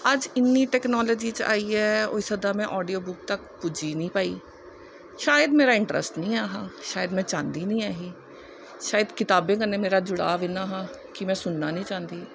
अज्ज इन्नी टैक्नालोजी च आइयै होई सकदा में आडियो बुक तक पुज्जी निं पाई शायद मेरा इंटरैस्ट निं है हा शायद में चांह्दी निं है ही शायद किताबें कन्नै मेरा जुढ़ाव इन्ना हा कि में सुनना नेईं चांह्दी ही